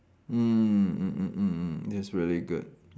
mm mm mm mm that's really good